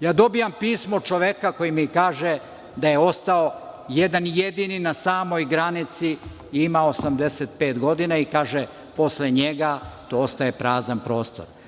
Ja dobijam pismo čoveka koji mi kaže da je ostao jedan jedini na samoj granici, ima 85 godina i kaže da posle njega to ostaje prazan prostor.